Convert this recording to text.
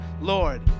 Lord